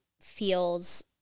feels